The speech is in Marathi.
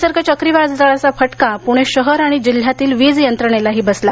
निसर्ग चक्रीवादळाचा फटका पुणे शहर आणि जिल्ह्यातील वीजयंत्रणेलाही बसला